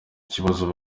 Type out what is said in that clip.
kibazo